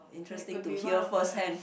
that could be one of the